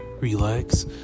relax